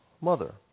mother